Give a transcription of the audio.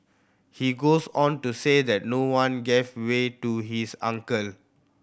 he goes on to say that no one gave way to his uncle